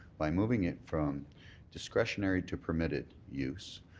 by moving it from discretionary to permitted use,